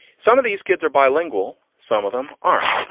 some of these kids are bilingual. some of them are.